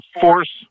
force—